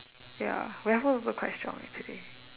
ya Raffles also quite strong actually